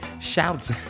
shouts